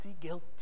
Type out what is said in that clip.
guilty